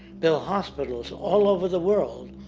build hospitals all over the world,